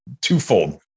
twofold